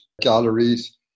galleries